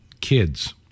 kids